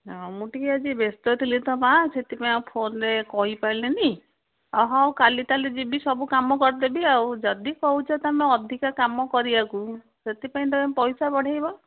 ହଁ ମୁଁ ଟିକିଏ ଆଜି ବ୍ୟସ୍ତ ଥିଲି ତ ମାଆ ସେଥିପାଇଁ ଆଉ ଫୋନ୍ରେ କହି ପାରିଲିନି ହଉ କାଲି ତା'ହେଲେ ଯିବି ସବୁକାମ କରିଦେବି ଆଉ ଯଦି କହୁଛ ତମେ ଅଧିକା କାମ କରିବାକୁ ସେଥିପାଇଁ ତମେ ପଇସା ବଢ଼ାଇବ